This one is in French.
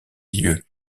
lieu